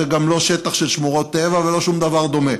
וזה גם לא שטח של שמורות טבע ולא שום דבר דומה.